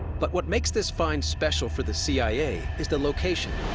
but what makes this find special for the cia is the location.